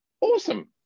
awesome